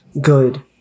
Good